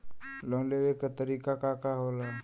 Loan लेवे क तरीकाका होला?